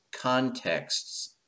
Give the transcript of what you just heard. contexts